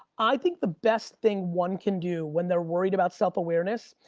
i think the best thing one can do when they're worried about self-awareness,